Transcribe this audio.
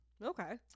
Okay